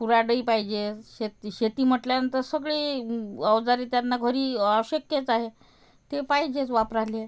कुऱ्हाडही पाहिजे शेती शेती म्हटल्यानंतर सगळी अवजारे त्यांना घरी आवश्यकच आहे ते पाहिजेच वापराले